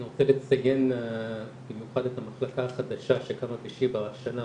אני רוצה לציין במיוחד את המחלקה החדשה שקמה בשיבא השנה,